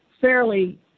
fairly